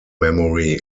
memory